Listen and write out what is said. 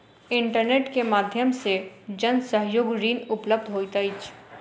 internet के माध्यम से जन सहयोग ऋण उपलब्ध होइत अछि